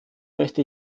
möchte